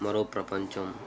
మరో ప్రపంచం